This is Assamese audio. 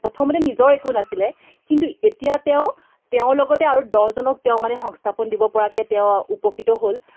প্ৰথমতে নিজৰ একো নাছিলে কিন্তু এতিয়া তেওঁৰ লগতে আৰু দহজনক তেওঁ মানে সংস্থাপন দিব পৰাকৈ তেওঁ উপকৃত হ'ল